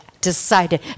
decided